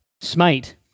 Smite